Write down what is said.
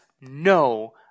no